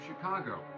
Chicago